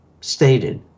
stated